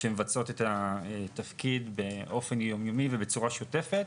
שמבצעות את התפקיד באופן יומיומי ובצורה שוטפת.